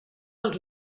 els